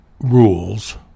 rules